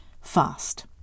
Fast